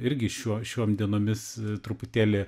irgi šiuo šiom dienomis truputėlį